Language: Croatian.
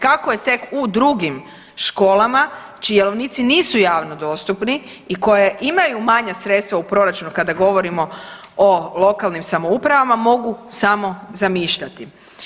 Kako je tek u drugim školama čiji jelovnici nisu javno dostupni i koji imaju manja sredstva u proračunu kada govorimo o lokalnim samoupravama mogu samo zamišljati.